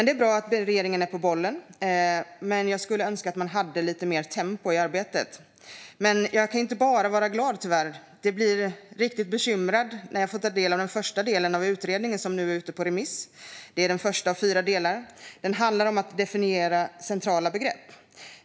Det är bra att regeringen är på bollen, men jag skulle önska att man hade lite mer tempo i arbetet. Tyvärr kan jag inte bara vara glad. Jag blir riktigt bekymrad när jag får ta del av den första delen av utredningen, som nu är ute på remiss. Det är den första av fyra delar, och den handlar om att definiera centrala begrepp.